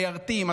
מיירטים,